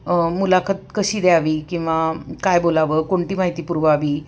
मुलाखत कशी द्यावी किंवा काय बोलावं कोणती माहिती पुरवावी